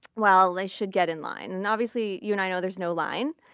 well they should get in line. and, obviously, you and i know there's no line,